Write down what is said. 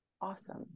Awesome